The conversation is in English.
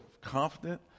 confident